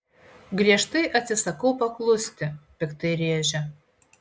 griežtai atsisakau paklusti piktai rėžia